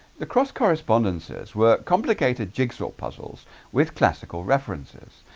the cross correspondences were complicated jigsaw puzzles with classical references.